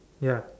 ya